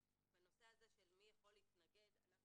בנושא הזה של מי יכול להתנגד אנחנו